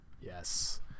yes